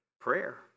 prayer